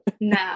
No